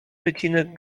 wycinek